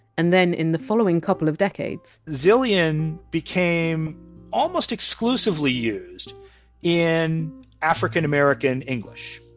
and then in the following couple of decades zillion became almost exclusively used in african-american english.